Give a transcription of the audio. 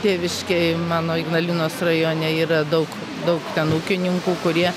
tėviškėj mano ignalinos rajone yra daug daug ten ūkininkų kurie